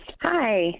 Hi